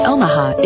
Omaha